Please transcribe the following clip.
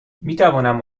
میتوانم